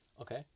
Okay